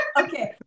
Okay